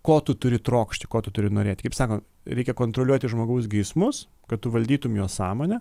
ko tu turi trokšti ko tu turi norėti kaip sako reikia kontroliuoti žmogaus geismus kad tu valdytum jo sąmonę